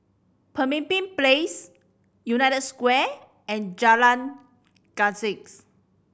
Pemimpin Place United Square and Jalan Janggus